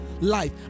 life